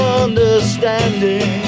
understanding